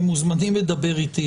הם מוזמנים לדבר אתי,